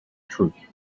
troupe